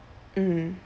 mm